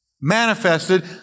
manifested